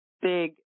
big